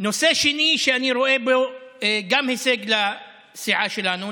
נושא שני שאני רואה גם בו הישג לסיעה שלנו,